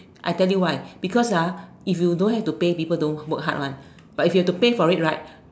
I tell you why because ah if you don't have to pay people don't work hard [one] but if you have to pay for it right